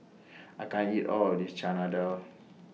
I can't eat All of This Chana Dal